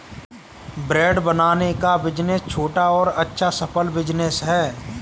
bread बनाने का business छोटा और अच्छा सफल बिज़नेस है